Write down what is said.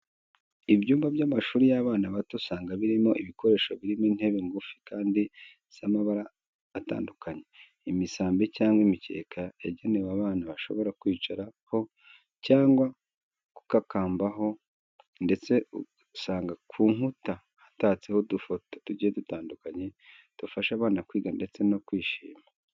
Ibyumba by'amashuri y'abana bato usanga birimo ibikoresho birimo intebe ngufi kandi z'amabara atandukanye, imisambi cyangwa imikeka yagenewe abana bashobora kwicaraho cyangwa gukambakambaho ndetse usanga ku nkuta hatatseho udufoto tugiye dutandukanye dufasha abana kwiga ndetse no kwishima.